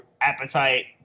appetite